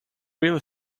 really